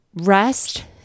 rest